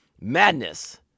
Madness